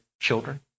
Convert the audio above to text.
children